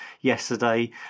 yesterday